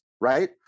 right